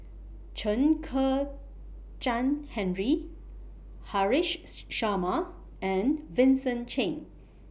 Chen Kezhan Henri Haresh Sharma and Vincent Cheng